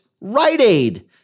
Rite-Aid